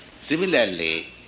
Similarly